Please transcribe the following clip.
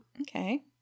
Okay